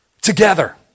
Together